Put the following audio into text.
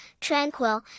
tranquil